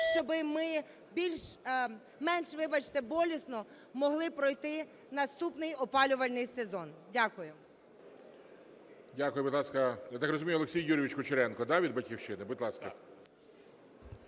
більш, менш, вибачте, болісно могли пройти наступний опалювальний сезон. Дякую. ГОЛОВУЮЧИЙ. Дякую. Будь ласка, я так розумію, Олексій Юрійович Кучеренко, да, від "Батьківщини"? Будь ласка.